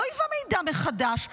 לא היווה מידע מחדש,